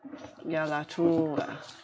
ya lah true lah